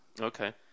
Okay